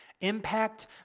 Impact